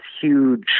huge